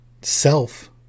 self